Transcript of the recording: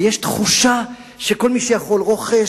ויש תחושה שכל מי שיכול רוכש,